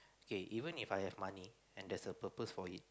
K even If I have money and there's a purpose for it